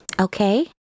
Okay